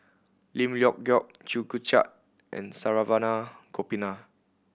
Lim Leong Geok Chew Joo Chiat and Saravanan Gopinathan